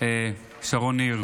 שרון ניר,